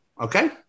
Okay